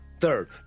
Third